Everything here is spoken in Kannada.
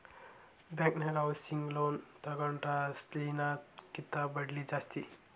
ಬ್ಯಾಂಕನ್ಯಾಗ ಹೌಸಿಂಗ್ ಲೋನ್ ತಗೊಂಡ್ರ ಅಸ್ಲಿನ ಕಿಂತಾ ಬಡ್ದಿ ಜಾಸ್ತಿ